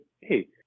hey